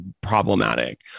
problematic